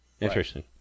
Interesting